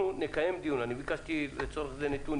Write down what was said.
אנחנו נקיים על זה דיון וביקשתי לצורך זה נתונים.